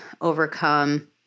overcome